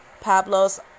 Pablo's